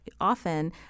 often